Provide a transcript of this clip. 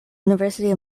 university